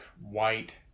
white